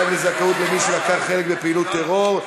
סייג לזכאות למי שלקח חלק בפעילות טרור),